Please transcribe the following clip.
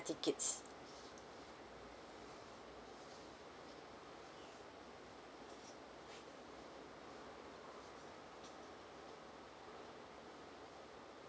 tickets